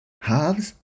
Halves